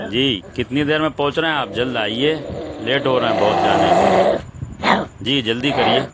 جی کتنی دیر میں پہنچ رہے ہیں آپ جلد آئیے لیٹ ہو رہے ہیں بہت جانے کے لیے جی جلدی کریے